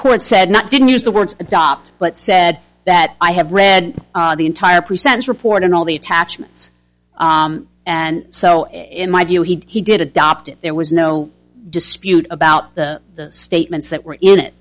court said not didn't use the word adopt but said that i have read the entire percent report and all the attachments and so in my view he did adopt it there was no dispute about the statements that were in